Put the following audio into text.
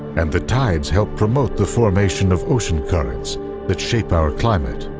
and the tides help promote the formation of ocean currents that shape our climate.